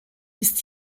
ist